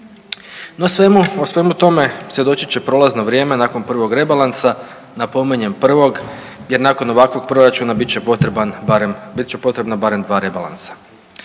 o svemu tome svjedočit će prolazno vrijeme nakon prvog rebalansa, napominjem prvog, jer nakon ovakvog proračuna bit će potreban barem, bit